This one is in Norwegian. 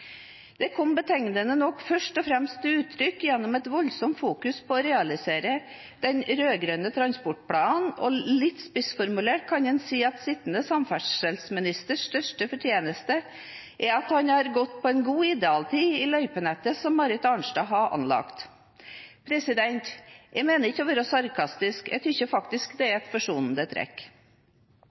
kom betegnende nok først og fremst til uttrykk gjennom et voldsomt fokus på å realisere den rød-grønne transportplanen, og litt spissformulert kan man si at sittende samferdselsministers største fortjeneste er at han har gått på en god idealtid i løypenettet som Marit Arnstad har anlagt. Jeg mener ikke å være sarkastisk – jeg synes faktisk det er